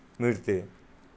मिळते